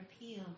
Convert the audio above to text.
appeal